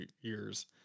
years